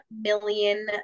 million